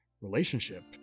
relationship